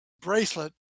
bracelet